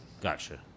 Gotcha